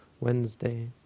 Wednesday